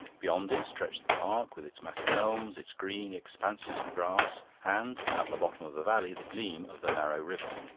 beyond it stretched the park, with its massive elms, its green expanses of grass, and, at the bottom of the valley, the gleam of the narrow river.